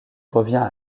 revient